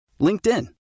LinkedIn